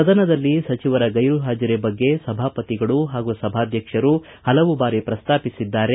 ಸದನದಲ್ಲಿ ಸಚಿವರ ಗೈರು ಹಾಜರಿ ಬಗ್ಗೆ ಸಭಾಪತಿಗಳು ಹಾಗೂ ಸಭಾಧ್ಯಕ್ಷರು ಹಲವು ಬಾರಿ ಪ್ರಸ್ತಾಪಿಸಿದ್ದಾರೆ